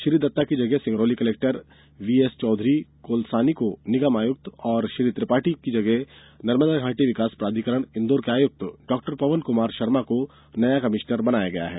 श्री दत्ता की जगह Singrauli collector VS Chaudhary Kolsani को निगम आयुक्त और श्री त्रिपाठी की जगह नर्मदा घाटी विकास प्राधिकरण इंदौर के आयुक्त डॉक्टर पवन कुमार शर्मा को नया कमिश्नर बनाया गया है